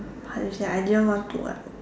how to say I didn't want to like